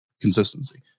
consistency